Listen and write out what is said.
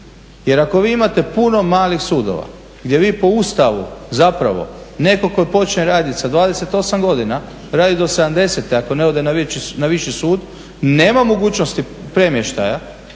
Jer ako vi imate puno malih sudova gdje vi po Ustavu zapravo netko tko počne raditi sa 28 godina, radi do sedamdesete ako ne ode na viši sud. Nema mogućnosti premještaja.